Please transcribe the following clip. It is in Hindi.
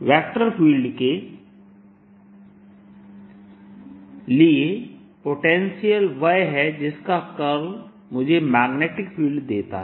मैग्नेटिक फील्ड के लिए वेक्टर पोटेंशियल वह है जिसका कर्ल मुझे मैग्नेटिक फील्ड देता है